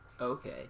Okay